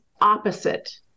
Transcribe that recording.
opposite